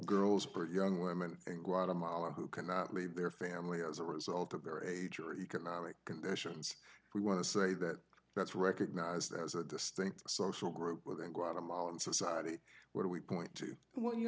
girls or young women guatemala who cannot leave their family as a result of their age or economic conditions we want to say that that's recognized as a distinct social group within guatemalan society where we point to what you